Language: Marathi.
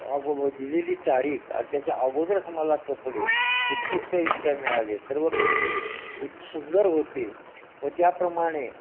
अगं दिलेली तारीख आणि त्याच्या अगोदरच मला कपडे उत्कृष्टरित्या मिळाले सर्व कपडे उत् सुंदर होते व त्याप्रमाणे